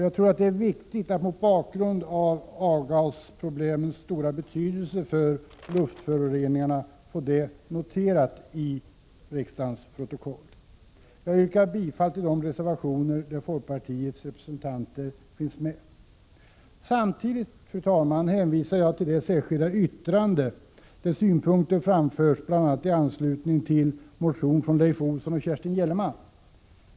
Jag tror att det är viktigt, mot bakgrund av avgasproblemens stora betydelse för luftföroreningarna, att få det noterat i riksdagens protokoll. Jag yrkar bifall till de reservationer där folkpartiets representanter finns Prot. 1986/87:51 med. 17 december 1986 Samtidigt, fru talman, hänvisar jag till det särskilda yttrande där snmpunk= AG ter framförs bl.a. i anslutning till motion från Leif Olsson och Kerstin Gellerman.